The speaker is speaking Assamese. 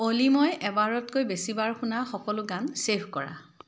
অ'লি মই এবাৰতকৈ বেছি বাৰ শুনা সকলো গান ছে'ভ কৰা